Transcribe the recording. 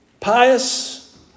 pious